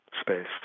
space